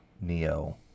Neo